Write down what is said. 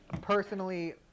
Personally